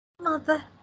Mother